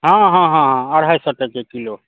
हँ हँ हँ हँ अढ़ाइ सए टके किलो